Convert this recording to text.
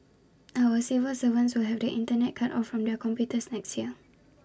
our civil servants will have the Internet cut off from their computers next year